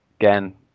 again